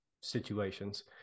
situations